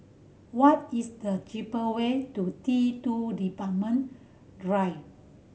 what is the cheaper way to T Two Departure Drive